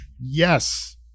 Yes